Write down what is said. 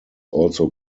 also